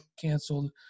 canceled